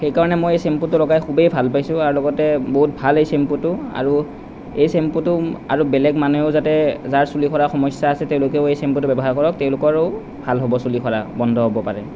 সেইকাৰণে মই এই চেম্পুটো লগাই খুবেই ভাল পাইছোঁ আৰু লগতে বহুত ভাল এই চেম্পুটো আৰু এই চেম্পুটো আৰু বেলেগ মানুহেও যাতে যাৰ চুলি সৰা সমস্যা আছে তেওঁলোকেও এই চেম্পুটো ব্যৱহাৰ কৰক তেওঁলোকৰো ভাল হ'ব চুলি সৰা বন্ধ হ'ব পাৰে